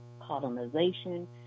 colonization